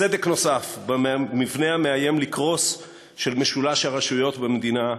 סדק נוסף במבנה המאיים לקרוס של משולש הרשויות במדינה,